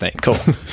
Cool